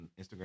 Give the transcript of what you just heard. Instagram